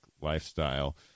lifestyle